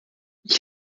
ich